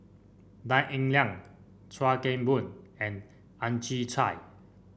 Tan Eng Liang Chuan Keng Boon and Ang Chwee Chai